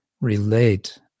relate